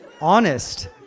Honest